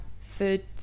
food